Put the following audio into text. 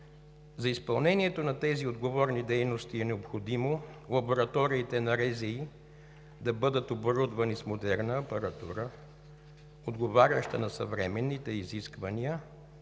За изпълнението на тези отговорни дейности е необходимо лабораториите на РЗИ да бъдат оборудвани с модерна апаратура, отговаряща на съвременните изисквания,